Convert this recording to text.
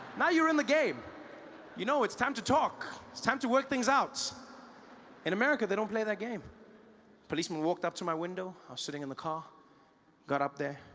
now you're in the game you know it's time to talk it's time to work things out in america they don't play that game policeman walked up to the window sitting in the car got up there